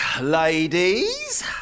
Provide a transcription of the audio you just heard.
ladies